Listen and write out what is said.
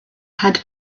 had